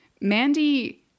Mandy